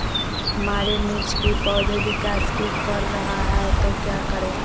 हमारे मिर्च कि पौधा विकास ही कर रहा है तो क्या करे?